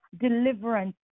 deliverance